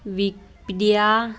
wikipedia